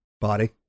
body